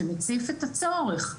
שמציף את הצורך.